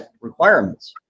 requirements